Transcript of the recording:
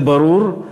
זה ברור,